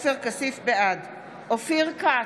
בעד אופיר כץ,